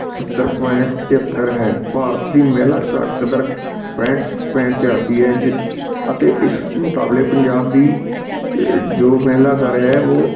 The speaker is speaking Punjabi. ਸੱਤਰ ਪੋਆਇੰਟ ਤਿਹੱਤਰ ਹੈ ਭਾਰਤ ਦੀ ਮਹਿਲਾ ਸਾਖਰਤਾ ਦਰ ਪੈਂਹਠ ਪੈਂਹਠ ਚੁਰਾਸੀ ਹੈ ਜ ਅਤੇ ਇਸ ਮੁਕਾਬਲੇ ਪੰਜਾਬ ਦੀ ਜੋ ਮਹਿਲਾ ਦਰ ਹੈ ਉਹ